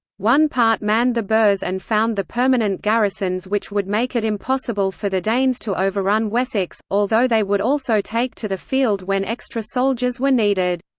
one part manned the burhs and found the permanent garrisons which would make it impossible for the danes to overrun wessex, although they would also take to the field when extra soldiers were needed.